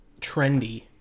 trendy